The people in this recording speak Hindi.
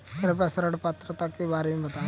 कृपया ऋण पात्रता के बारे में बताएँ?